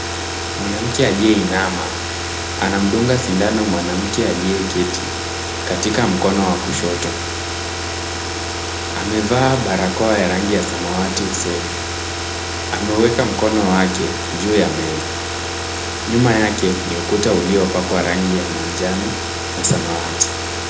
Mwanamke aliyeinama anamdunga sindano mwanamke aliyeketi katika mkono wa kushoto. Amevaa barakoa ya rangi ya samawati usoni. Ameweka mkono wake juu ya meza. Nyuma yake ni ukuta uliopakwa rangi ya manjano na samawati.